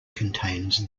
contains